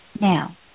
now